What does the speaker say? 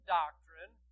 doctrine